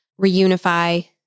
reunify